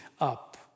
up